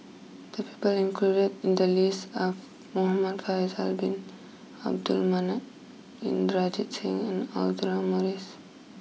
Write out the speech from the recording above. the people included in the list are Muhamad Faisal Bin Abdul Manap Inderjit Singh and Audra Morrice